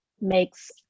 makes